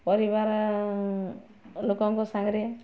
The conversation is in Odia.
ପରିବାର ଲୋକଙ୍କ ସାଙ୍ଗରେ